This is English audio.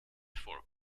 for